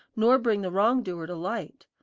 nor bring the wrong-doer to light.